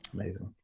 Amazing